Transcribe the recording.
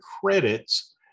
credits